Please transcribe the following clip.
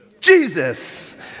Jesus